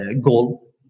goal